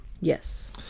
Yes